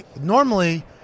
Normally